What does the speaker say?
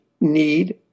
need